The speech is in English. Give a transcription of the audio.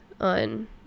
On